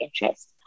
interest